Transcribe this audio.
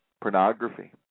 pornography